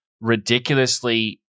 ridiculously